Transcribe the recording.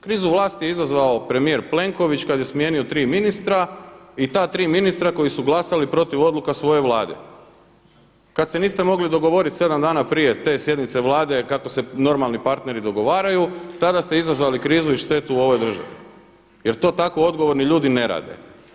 Krizu vlasti je izazvao premijer Plenković kada je smijenio tri ministra i ta tri ministra koji su glasali protiv odluka svoje Vlade, kada se niste moli dogovorit sedam dana prije te sjednice Vlade kako se normalni partneri dogovaraju tada ste izazvali krizu i štetu u ovoj državi jer to tako odgovorni ljudi ne rade.